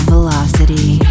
Velocity